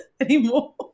anymore